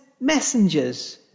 messengers